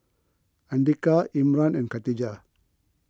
andika Imran and Khatijah